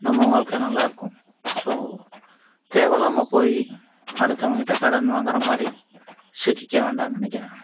நம்ம வாழ்க்கை நல்லா இருக்கும் ஸோ தேவயில்லாமல் போய் அடுத்தவன் கிட்டே கடன் வாங்குகிற மாதிரி சிக்கிக்க வேண்டாம்னு நினைக்கிறேன்